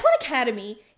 Academy